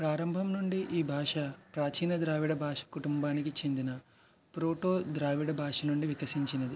ప్రారంభం నుండి ఈ భాష ప్రాచీన ద్రావిడ భాష కుటుంబానికి చెందిన ప్రోటో ద్రావిడ భాష నుండి వికసించినది